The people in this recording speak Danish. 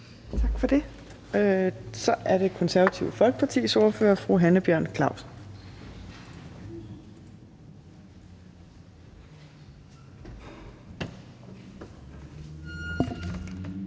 Tak for det. Så er det Det Konservative Folkepartis ordfører, fru Hanne Bjørn-Klausen.